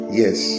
yes